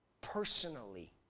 Personally